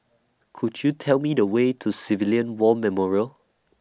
Could YOU Tell Me The Way to Civilian War Memorial